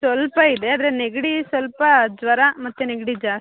ಸ್ವಲ್ಪ ಇದೆ ಆದರೆ ನೆಗಡಿ ಸ್ವಲ್ಪ ಜ್ವರ ಮತ್ತು ನೆಗಡಿ ಜಾಸ್ತಿ